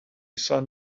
sun